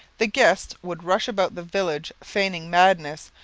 the guests would rush about the village feigning madness,